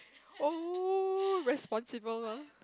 !oh! responsible uh